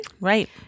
Right